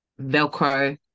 velcro